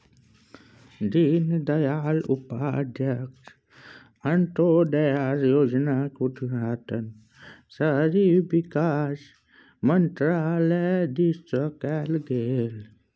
दीनदयाल उपाध्याय अंत्योदय योजनाक उद्घाटन शहरी विकास मन्त्रालय दिससँ कैल गेल छल